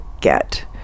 get